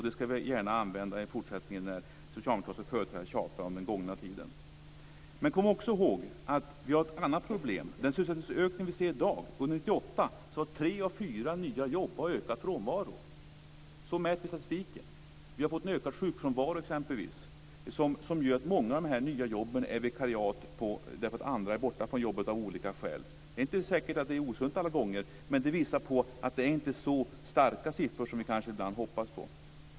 Den kommer vi gärna att använda i fortsättningen när socialdemokratiska företrädare tjatar om gångna tider. Vi har ett annat problem. Den sysselsättningsökning vi har sett under 1998 beror på att tre av fyra nya jobb har skapats på grund av ökad frånvaro. Det kan mätas i statistiken. En ökad sjukfrånvaro har gjort att många av de nya jobben är vikariat därför att andra är borta från jobbet av olika skäl. Det är inte säkert att detta är osunt, men detta visar på att siffrorna inte alltid är så starka som vi hoppas på.